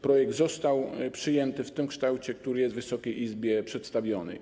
Projekt został przyjęty w tym kształcie, który jest Wysokiej Izbie przedstawiony.